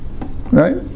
right